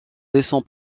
descend